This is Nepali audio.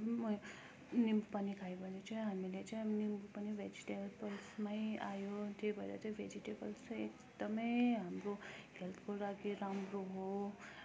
निम्बु पानी खायो भने चाहिँ हामीले चाहिँ अब निम्बु पनि भेजिटेबल्समै आयो त्यही भएर चाहिँ भेजिटेबल्स चाहिँ एकदमै हाम्रो हेल्थको लागि राम्रो हो